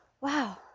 wow